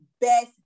best